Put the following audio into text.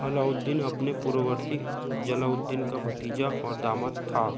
अलाउद्दीन अपने पूर्ववर्ती जलालुद्दीन का भतीजा और दामाद था